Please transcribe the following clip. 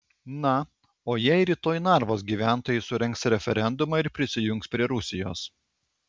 na o jei rytoj narvos gyventojai surengs referendumą ir prisijungs prie rusijos